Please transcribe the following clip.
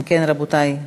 אם כן, רבותי,